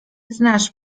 znasz